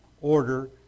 order